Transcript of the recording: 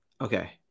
Okay